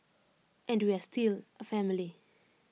and we are still A family